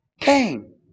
Cain